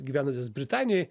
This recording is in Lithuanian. gyvenantis britanijoj